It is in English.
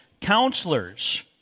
counselors